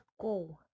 go